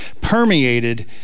permeated